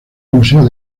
museo